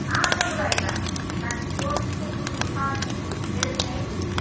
हाँ सब रहेगा काट केवल तुम को फूल उखाड़ नहीं दूँगी पेड़ भी नहीं दूँगी